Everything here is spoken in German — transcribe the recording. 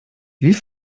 wie